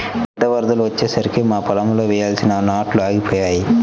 పెద్ద వరదలు వచ్చేసరికి మా పొలంలో వేయాల్సిన నాట్లు ఆగిపోయాయి